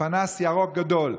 פנס ירוק גדול,